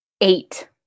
eight